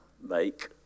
make